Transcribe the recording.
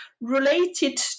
related